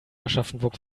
aschaffenburg